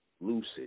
lucid